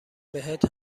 بهت